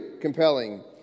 compelling